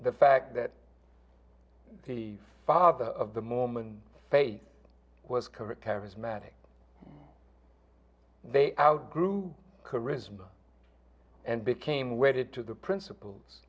the fact that the father of the mormon faith was correct charismatic they outgrew charisma and became wedded to the princip